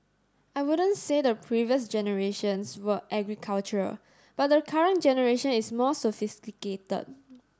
I wouldn't say the previous generations were agricultural but the current generation is more sophisticated